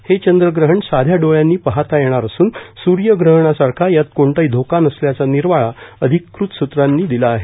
हे हे चंद्रग्रहण साध्या डोळ्यानी पाहता येणार असून सर्यग्रहणासारखा यात कोणताही धोका नसल्याचा निर्वाळा अधिकृत सुत्रांनी दिला आहे